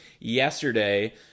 yesterday